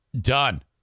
done